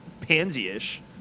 pansy-ish